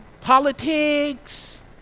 politics